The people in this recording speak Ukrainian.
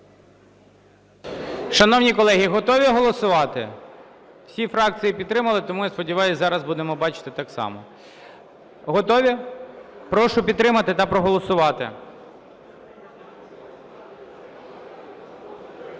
Шановні колеги, готові голосувати? Всі фракції підтримали, тому, я сподіваюсь, зараз будемо бачити так само. Готові? Прошу підтримати та проголосувати.